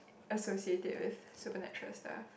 associate it with supernatural stuff